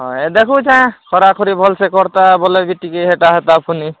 ହଁ ଦେଖୁଛେଁ ଖରା ଖୁରି ଭଲ୍ସେ କର୍ତା ବୋଲେ କି ଟିକେ ହେତା ହେତା ଉଠୁନି